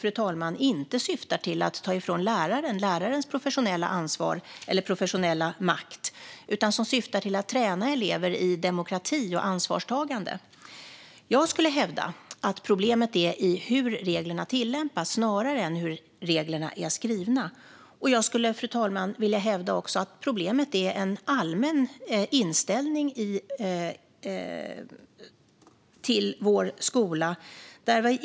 De syftar ju inte till att ta ifrån lärarna deras professionella ansvar eller makt, fru talman, utan de syftar till att träna elever i demokrati och ansvarstagande. Jag skulle hävda att problemet ligger i hur reglerna tillämpas snarare än hur reglerna är skrivna. Jag skulle också vilja hävda att problemet är en allmän inställning till vår skola, fru talman.